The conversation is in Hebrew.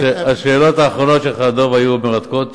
השאלות האחרונות שלך, דב, היו מרתקות.